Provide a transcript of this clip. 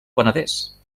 penedès